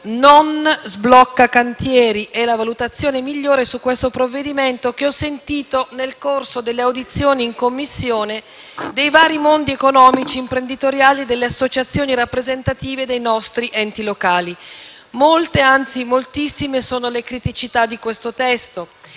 non sblocca cantieri» è la migliore valutazione su questo provvedimento che ho sentito in Commissione nel corso delle audizioni degli esponenti dei vari mondi economici e imprenditoriali e delle associazioni rappresentative dei nostri enti locali. Molte, anzi moltissime sono le criticità di questo testo.